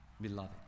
Beloved